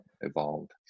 evolved